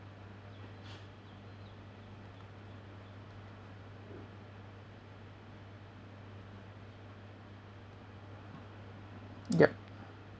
yup